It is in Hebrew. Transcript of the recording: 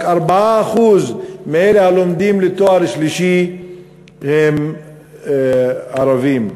רק 4% מאלה הלומדים לתואר שלישי הם ערבים.